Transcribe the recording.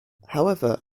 however